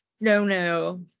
no-no